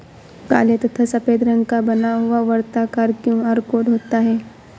काले तथा सफेद रंग का बना हुआ वर्ताकार क्यू.आर कोड होता है